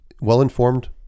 well-informed